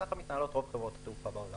כך מתנהלות רוב חברות התעופה בעולם.